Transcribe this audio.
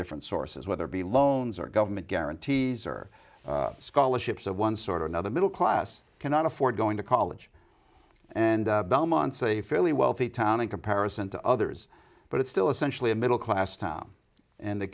different sources whether be loans or government guarantees or scholarships of one sort or another middle class cannot afford going to college and belmont's a fairly wealthy town in comparison to others but it's still essentially a middle class town and the